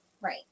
right